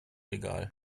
egal